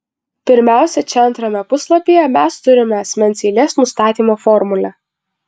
pirmiausia čia antrame puslapyje mes turime asmens eilės nustatymo formulę